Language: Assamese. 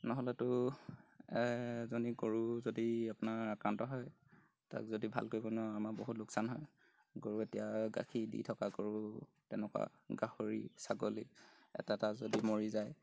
নহ'লেতো এজনী গৰু যদি আপোনাৰ আক্ৰান্ত হয় তাক যদি ভাল কৰিব নোৱাৰোঁ আমাৰ বহুত লোকচান হয় গৰু এতিয়া গাখীৰ দি থকা গৰু তেনেকুৱা গাহৰি ছাগলী এটা এটা যদি মৰি যায়